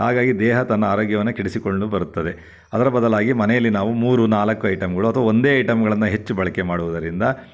ಹಾಗಾಗಿ ದೇಹ ತನ್ನ ಆರೋಗ್ಯವನ್ನು ಕೆಡಿಸಿಕೊಂಡು ಬರುತ್ತದೆ ಅದರ ಬದಲಾಗಿ ಮನೆಯಲ್ಲಿ ನಾವು ಮೂರು ನಾಲ್ಕು ಐಟಮ್ಗಳು ಅಥವಾ ಒಂದೇ ಐಟಮ್ಗಳನ್ನು ಹೆಚ್ಚು ಬಳಕೆ ಮಾಡುವುದರಿಂದ